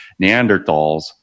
Neanderthals